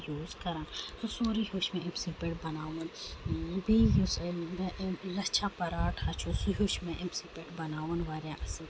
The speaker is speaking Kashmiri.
یوٗز کران سُہ سورُے ہٮ۪وٚچھ مےٚ أمۍ سٕے پٮ۪ٹھ بَناوُن بیٚیہِ یُس مےٚ أمۍ لَچھا پَراٹھا سُہ ہٮ۪وٚچھ مےٚ أمۍ سٕے پٮ۪ٹھ بَناوُن واریاہ اَصٕل پٲٹھۍ